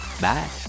Bye